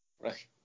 Right